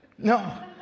No